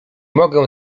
mogę